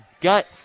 gut